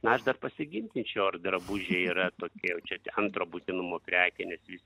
na aš dar pasiginčyčiau ar drabužiai yra tokie jau čia antro būtinumo prekė nes jūs